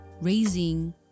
raising